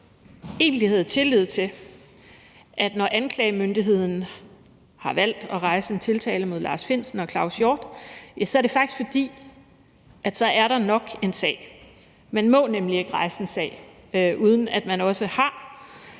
havde tillid til, at når anklagemyndigheden har valgt at rejse en tiltale mod Lars Findsen og Claus Hjort Frederiksen, er det faktisk, fordi der nok er en sag. Man må nemlig ikke rejse en sag, uden at man også har